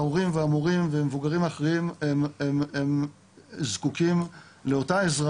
ההורים והמורים והמבוגרים האחרים הם זקוקים לאותה עזרה,